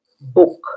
book